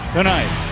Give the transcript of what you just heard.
Tonight